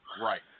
Right